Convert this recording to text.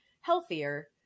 healthier